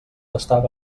estava